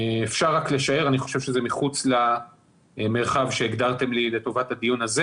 אפשר רק לשער אני חושב שזה מחוץ למרחב שהגדרתם לי לטובת הדיון הזה